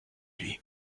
lui